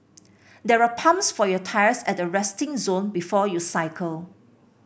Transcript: there are pumps for your tyres at the resting zone before you cycle